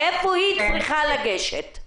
לאן היא צריכה לגשת?